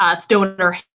stoner